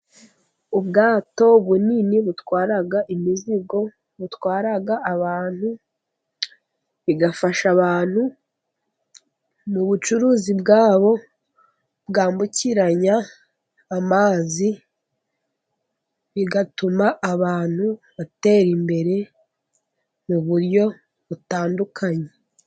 Ubwato bunini butwara imizigo, butwara abantu bigafasha abantu mubucuruzi bwabo bwambukiranya amazi, bigatuma abantu batera imbere mu buryo butandukanye.